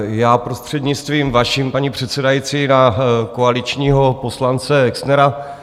Já prostřednictvím vaším, paní předsedající, na koaličního poslance Exnera.